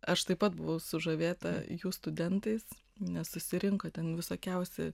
aš taip pat buvau sužavėta jų studentais nes susirinko ten visokiausi